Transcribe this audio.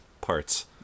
Parts